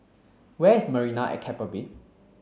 where is Marina at Keppel Bay